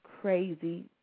crazy